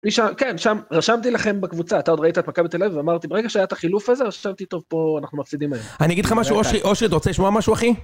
כן, שם, רשמתי לכם בקבוצה, אתה עוד ראית את מכבי תל אביב, ואמרתי, ברגע שהיה את החילוף הזה, רשמתי, טוב, פה אנחנו מפסידים היום. אני אגיד לך משהו, אושרי, אושרי, אתה רוצה לשמוע משהו, אחי?